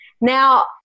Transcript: Now